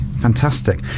fantastic